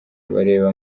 bareba